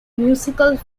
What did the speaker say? musical